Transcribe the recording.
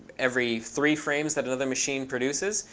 every three frames that another machine produces,